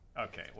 Okay